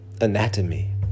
anatomy